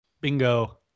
Bingo